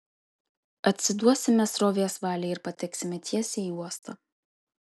atsiduosime srovės valiai ir pateksime tiesiai į uostą